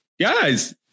Guys